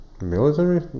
military